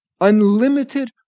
unlimited